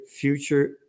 future